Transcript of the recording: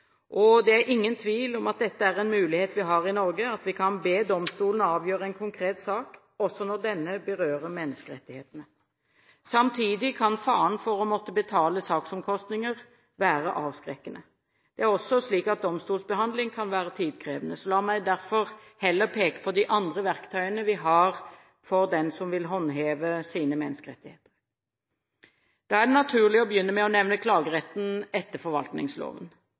Det er ingen tvil om at en mulighet vi har i Norge, er at vi kan be domstolen avgjøre en konkret sak, også når denne berører menneskerettighetene. Samtidig kan faren for å måtte betale saksomkostninger være avskrekkende. Det er også slik at domstolsbehandling kan være tidkrevende. La meg derfor heller peke på de andre verktøyene den som vil håndheve sine menneskerettigheter, har. Det er naturlig å begynne med å nevne klageretten man har etter forvaltningsloven.